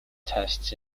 tests